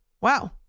Wow